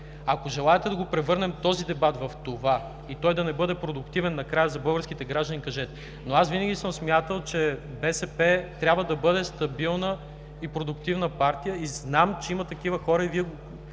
Ако желаете да превърнем този дебат в това и той да не бъде продуктивен накрая за българските граждани – кажете. Аз винаги съм смятал, че БСП трябва да бъде стабилна и продуктивна партия и знам, че има такива хора. Вие